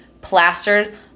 plastered